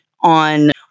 on